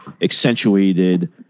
accentuated